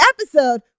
episode